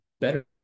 better